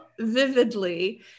vividly